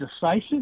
decisive